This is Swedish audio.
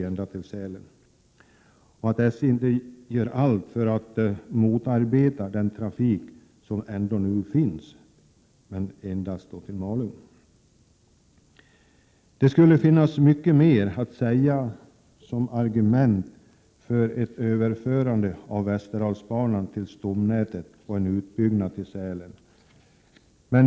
Helst skulle jag vilja att det blev en utbyggnad och en anpassning av Västerdalsbanan, så att sträckan förlängdes ända fram till Sälen. Det finns mycket mer att ta fram som argument för ett överförande av Västerdalsbanan till stomnätet och en utbyggnad av banan till Sälen.